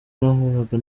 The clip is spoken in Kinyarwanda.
nahuraga